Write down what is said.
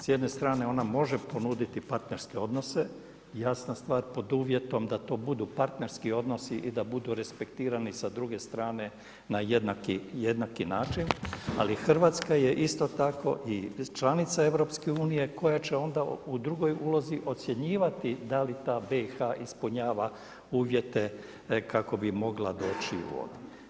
S jedne strane ona može ponuditi partnerske odnose, jasna stvar pod uvjetom da to budu partnerski odnosi i da budu respektirani sa druge strane na jednaki način ali Hrvatska je isto tako i članica EU-a koja će onda u drugoj ulozi ocjenjivati da li ta BiH ispunjava uvjete kako bi mogla doći u ove.